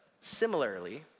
similarly